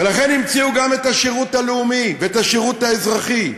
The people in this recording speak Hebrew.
ולכן המציאו גם את השירות הלאומי ואת השירות האזרחי,